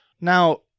Now